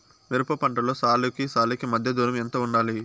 మిరప పంటలో సాలుకి సాలుకీ మధ్య దూరం ఎంత వుండాలి?